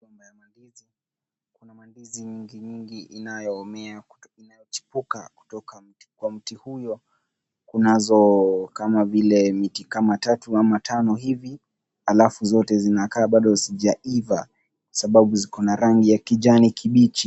Migomba ya mandizi. Kuna mandizi nyingi nyingi inayochipuka kutoka kwa mti huyo, kunazo kama miti tatu ama tano hivi, alafu zote zinakaa bado hazijaiva, sababu ziko na rangi ya kijani kibichi.